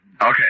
Okay